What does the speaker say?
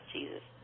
Jesus